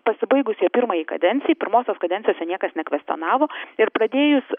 pasibaigusiai pirmąjai kadencijai pirmosios kadencijos čia niekas nekvestionavo ir pradėjus